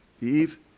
Eve